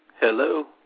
Hello